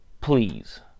Please